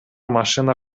машина